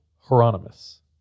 Hieronymus